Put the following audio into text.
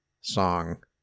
song